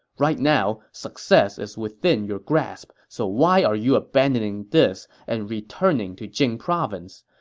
right now success is within your grasp, so why are you abandoning this and returning to jing province?